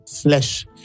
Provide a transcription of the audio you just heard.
flesh